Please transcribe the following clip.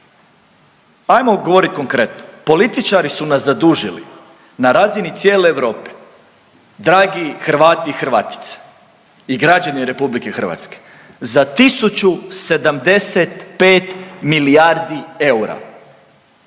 Ajmo govorit konkretno, političari su nas zadužili na razini cijele Europe, dragi Hrvati i Hrvatice i građani RH za 1.075 milijardi eura.